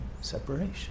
separation